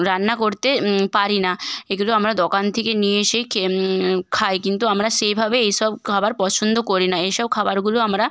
রান্না করতে পারি না এগুলো আমরা দোকান থেকে নিয়ে এসেই খেয়ে খাই কিন্তু আমরা সেইভাবে এই সব খাবার পছন্দ করি না এই সব খাবারগুলো আমরা